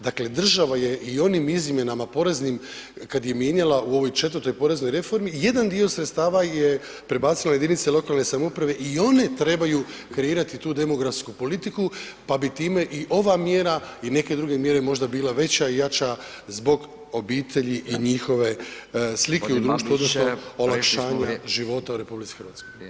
Dakle država je i onim izmjenama poreznim kad je mijenjala u ovoj četvrtoj poreznoj reformi, jedan dio sredstava je prebacila jedinicama lokalne samouprave i one trebaju kreirati tu demografsku politiku pa bi time i ova mjera i neke druge mjere možda bila veća i jača zbog obitelji i njihove slike u društvu odnosno olakšanja života u RH.